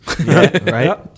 Right